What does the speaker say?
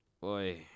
Boy